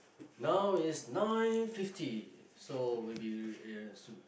now is nine fifty so we be